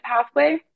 pathway